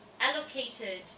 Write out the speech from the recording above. allocated